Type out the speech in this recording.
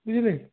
ବୁଝିଲେ